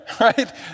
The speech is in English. right